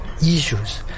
issues